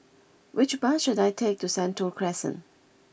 which bus should I take to Sentul Crescent